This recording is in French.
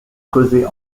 creusées